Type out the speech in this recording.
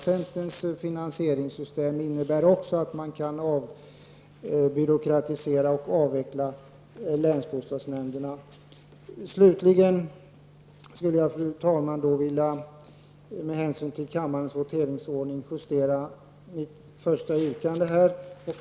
Centerns finansieringssystem innebär också att man kan avbyråkratisera och avveckla länsbostadsnämnderna. Slutligen skulle jag, fru talman, med hänsyn till kammarens voteringsordning vilja justera mitt första yrkande.